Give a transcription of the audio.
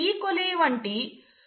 ఈ కొలి E